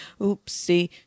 Oopsie